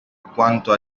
quanto